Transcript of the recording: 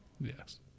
Yes